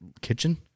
kitchen